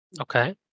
Okay